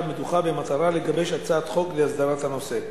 המדוכה במטרה לגבש הצעת חוק להסדרת הנושא.